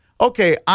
okay